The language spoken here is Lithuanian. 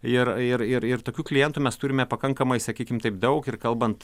ir ir ir ir tokių klientų mes turime pakankamai sakykim taip daug ir kalbant